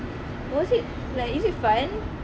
was it like is it fun